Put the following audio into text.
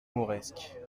mauresques